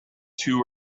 two